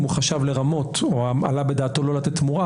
אם הוא חשב לרמות או עלה בדעתו לא לתת תמורה,